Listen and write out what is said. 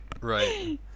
Right